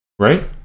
Right